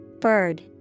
Bird